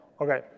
Okay